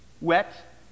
wet